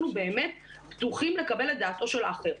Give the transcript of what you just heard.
באמת פתוחים לקבל את דעתו של האחר.